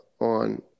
on